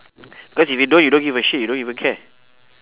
cause if you don't you don't give a shit you don't even care